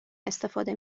استفاده